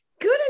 Good